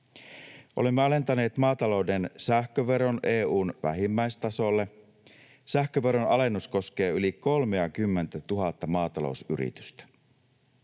Olemme alentaneet maatalouden sähköveron EU:n vähimmäistasolle. Sähköveron alennus koskee yli 30 000:ta maatalousyritystä.